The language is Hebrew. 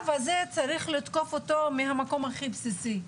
צריך לתקוף את הנושא המורכב הזה ממקום הכי בסיסי.